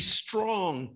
strong